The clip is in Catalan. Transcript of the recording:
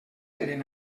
eren